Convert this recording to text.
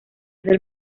del